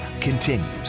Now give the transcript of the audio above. continues